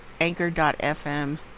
Anchor.fm